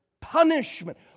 punishment